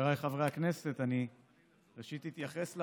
חבריי חברי הכנסת, ראשית, אני אתייחס,